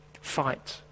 Fight